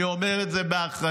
אני אומר את זה באחריות.